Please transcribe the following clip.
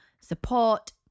support